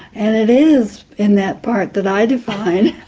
and it is in that part that i define